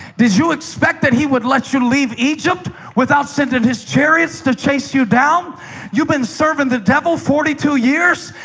did you expect that he would let you leave egypt without sending his chariots to chase you down you've been serving the devil forty two years,